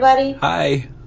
Hi